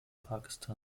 pakistan